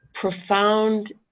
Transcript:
profound